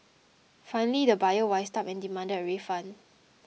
finally the buyer wised up and demanded a refund